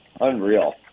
Unreal